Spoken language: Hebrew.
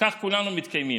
כך כולנו מתקיימים.